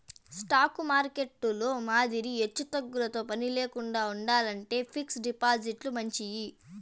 stock మార్కెట్టులో మాదిరి ఎచ్చుతగ్గులతో పనిలేకండా ఉండాలంటే ఫిక్స్డ్ డిపాజిట్లు మంచియి